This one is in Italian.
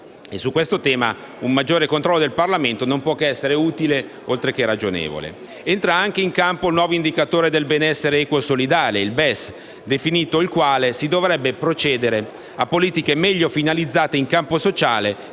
Su questo tema un maggiore controllo del Parlamento non può che essere utile, oltre che ragionevole. Entra in campo anche il nuovo indicatore del benessere equo e solidale (BES), definito il quale si dovrebbe procedere a politiche meglio finalizzate in campo sociale,